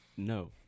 No